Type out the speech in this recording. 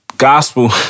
Gospel